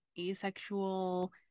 asexual